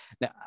Now